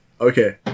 Okay